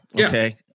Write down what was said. Okay